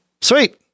sweet